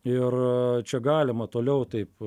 ir čia galima toliau taip